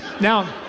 Now